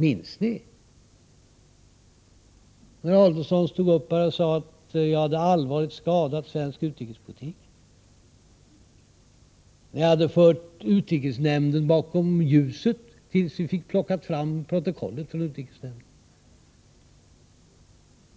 Minns ni när Adelsohn stod upp och sade att jag hade allvarligt skadat svensk utrikespolitik när jag enligt Adelsohn hade fört utrikesnämnden bakom ljuset. Detta framhärdade man i tills vi fick protokollet från utrikesnämnden